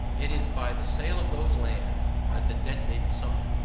it is by the sale of those lands that the debt may be sunk,